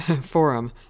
forum